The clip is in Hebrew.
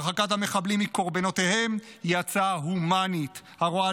הרחקת המחבלים מקורבנותיהם היא הצעה הומנית הרואה